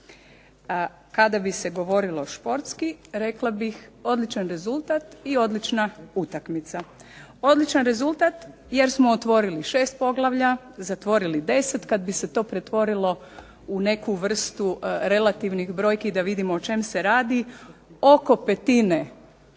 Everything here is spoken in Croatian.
Kada bi se govorilo športski rekla bih odličan rezultat i odlična utakmica. Odličan rezultat jer smo otvorili 6 poglavlja, zatvorili 10. Kad bi se to pretvorilo u neku vrstu relativnih brojki da vidimo o čemu se radi, oko petine